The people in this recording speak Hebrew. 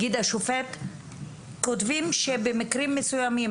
כותבים שבמקרים מסוימים,